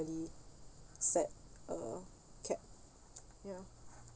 set a cap ya